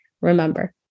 Remember